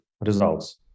results